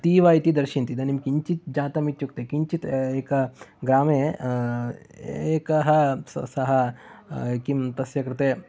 अतीव इति दर्शयन्ति इदानीं किञ्चित् जातम् इत्युक्ते किञ्चित् एक ग्रामे एकः सः किं तस्य कृते